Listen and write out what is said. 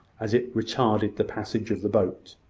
as it retarded the passage of the boat.